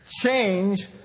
Change